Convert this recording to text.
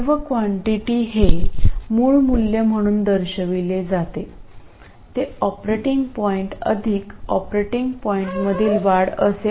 सर्व कॉन्टिटी हे मूळ मूल्य म्हणून दर्शविले जाते ते ऑपरेटिंग पॉईंट अधिक ऑपरेटिंग पॉईंटमधील वाढ असे असेल